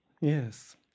Yes